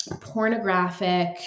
pornographic